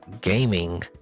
gaming